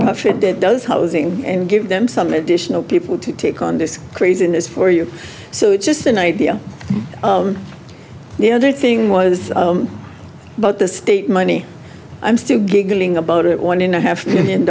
profit that does housing and give them some additional people to take on craziness for you so it's just an idea the other thing was about the state money i'm still giggling about it one in a half million